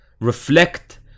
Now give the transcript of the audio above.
reflect